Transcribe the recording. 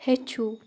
ہیٚچھِو